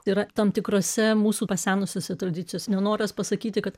yra tam tikruose mūsų pasenusiose tradicijose nenoras pasakyti kad